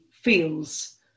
feels